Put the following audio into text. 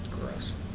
Gross